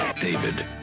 David